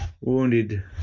wounded